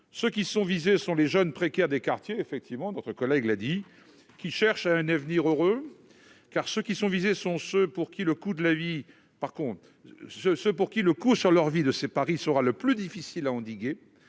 ceux qui sont visés sont les jeunes précaires des quartiers effectivement notre collègue là dit qui cherche à un avenir heureux car ceux qui sont visés sont ceux pour qui le coût de la vie par contre ceux ceux pour qui le coup sur